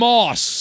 Moss